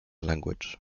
language